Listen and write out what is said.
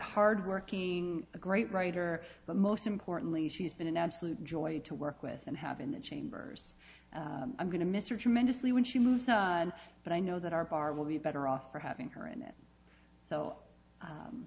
hardworking a great writer but most importantly she's been an absolute joy to work with and have in the chambers i'm going to miss or tremendously when she moves but i know that our bar will be better off for having her in it so